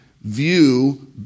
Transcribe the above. view